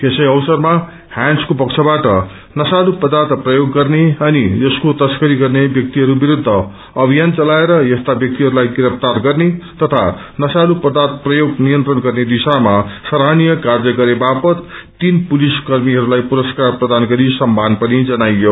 यसै अवसरमा ह्याण्डस्को पक्षबाट नशालु पदार्थ प्रयोग गर्ने अनि यसको तस्करी गर्ने व्यक्तिहरू विरूद्ध अभियान चलाएर यस्ता व्यक्तिहरूलाई गिरफ्तार गर्ने तथा नशालू पर्वाथ प्रयाग नियन्त्रण गर्ने दिशामा सराहनीय कार्य गरे वापद तीन पुलिस कर्मीहरूलाई पुरस्कार प्रदान गरी सम्पान पनि जनायो